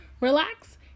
relax